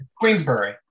Queensbury